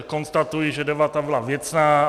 Konstatuji, že debata byla věcná.